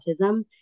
autism